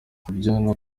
kubyo